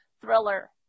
thriller